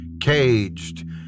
caged